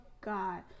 God